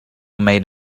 made